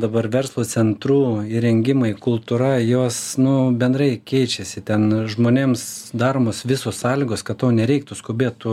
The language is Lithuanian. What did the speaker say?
dabar verslo centrų įrengimai kultūra jos nu bendrai keičiasi ten žmonėms daromos visos sąlygos kad tau nereiktų skubėt tu